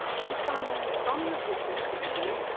so simon, from the research that you did,